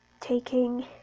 taking